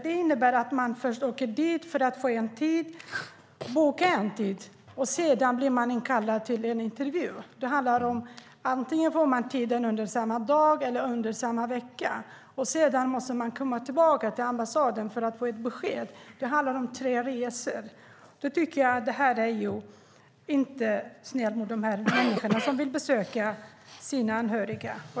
Det innebär att man först åker dit för att boka en tid. Sedan blir man kallad till en intervju. Antingen får man en tid samma dag eller under samma vecka. Sedan måste man komma tillbaka till ambassaden för att få ett besked. Det handlar alltså om tre resor. Jag tycker inte att detta är snällt mot de människor som vill besöka sina anhöriga.